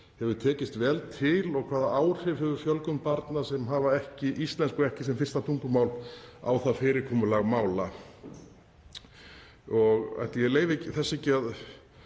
Hefur tekist vel til og hvaða áhrif hefur fjölgun barna sem hafa ekki íslensku sem fyrsta tungumál á það fyrirkomulag mála? Ætli ég láti þetta ekki